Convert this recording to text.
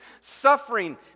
suffering